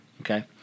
Okay